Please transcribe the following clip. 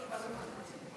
לא קיבלנו מענה.